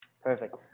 Perfect